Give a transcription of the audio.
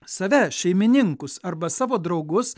save šeimininkus arba savo draugus